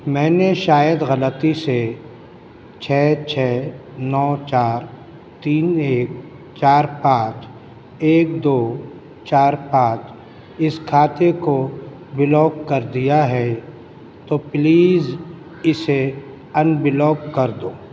میں نے شاید غلطی سے چھ چھ نو چار تین ایک چار پانچ ایک دو چار پانچ اس کھاتے کو بلاک کر دیا ہے تو پلیز اسے انبلاک کر دو